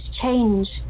change